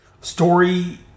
story